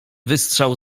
wystrzał